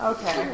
Okay